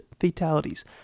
fatalities